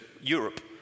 Europe